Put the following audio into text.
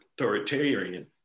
Authoritarian